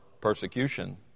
persecution